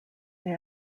may